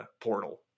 portal